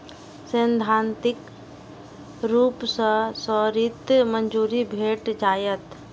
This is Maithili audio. सैद्धांतिक रूप सं त्वरित मंजूरी भेट जायत